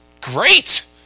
Great